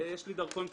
כי יש לי דרכון צרפתי.